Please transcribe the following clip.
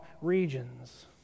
regions